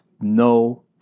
no